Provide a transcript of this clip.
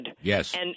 Yes